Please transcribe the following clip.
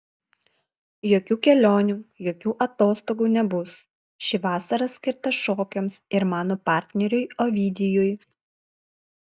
jokių kelionių jokių atostogų nebus ši vasara skirta šokiams ir mano partneriui ovidijui